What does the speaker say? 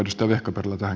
olkaa hyvä